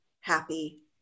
happy